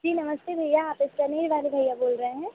जी नमस्ते भैया आप इस्टेनरी वाले भैया बोल रहे हैं